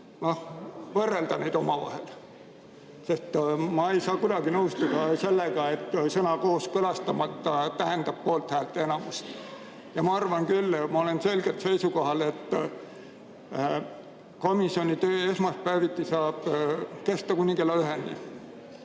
ja võrrelda neid omavahel. Ma ei saa kuidagi nõustuda sellega, et sõna "kooskõlastamata" tähendab poolthäälte enamust. Ja ma arvan küll, ma olen selgelt seisukohal, et komisjoni töö esmaspäeviti saab kesta kuni kella üheni.